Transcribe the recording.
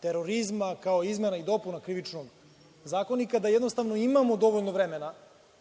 terorizma, kao i izmena i dopuna Krivičnog zakonika, da jednostavno imamo dovoljno vremena